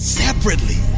separately